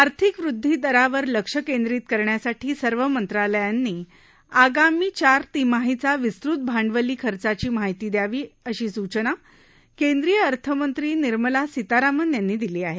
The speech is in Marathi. आर्थिक वृद्वी दरावर लक्ष्य केंद्रीय करण्यासाठी सर्व मंत्रालयांनी आगामी चार तिमाहींचा विस्तृत भांडवली खर्चाची माहिती द्यावी अशी सूचना केंद्रीय अर्थमंत्री निर्मला सीतारामन यांनी दिली आहे